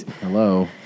Hello